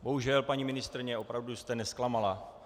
Bohužel, paní ministryně, opravdu jste nezklamala.